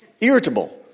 Irritable